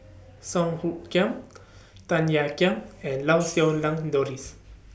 Song Hoot Kiam Tan Ean Kiam and Lau Siew Lang Doris